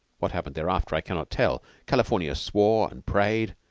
what happened thereafter i cannot tell. california swore and prayed,